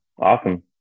Awesome